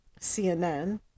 CNN